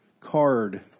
card